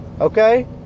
Okay